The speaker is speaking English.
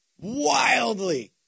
wildly